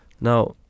Now